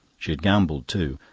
she had gambled too.